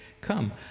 come